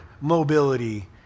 mobility